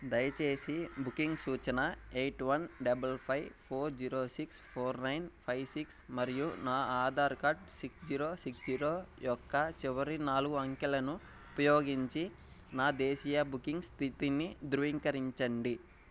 దయచేసి బుకింగ్ సూచన eight one double five four six zero four nine five six మరియు నా Aadhaar card six zero six zero యొక్క చివరి నాలుగు అంకెలను ఉపయోగించి నా దేశీయ బుకింగ్ స్థితిని ధృవీకరించండి